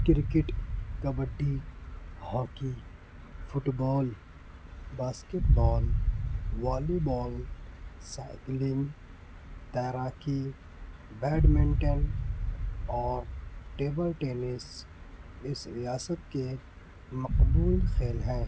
cricket kabaddi hockey football basketball volleyball cycling تیراکی badminton اور table tennis اس ریاست کے مقبول کھیل ہیں